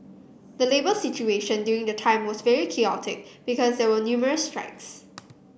the labour situation during the time was very chaotic because there were numerous strikes